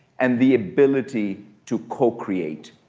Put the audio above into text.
and the ability to co-create.